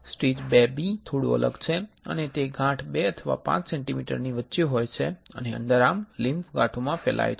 stage IIB થોડો અલગ છે અને તે ગાંઠ 2 અથવા 5 સેન્ટિમીટરની વચ્ચે હોય છે અને અન્ડરઆર્મ લિમ્ફ ગાંઠોમાં ફેલાય છે